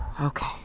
okay